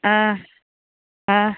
ಆ ಆ